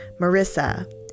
Marissa